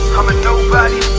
i'm a nobody,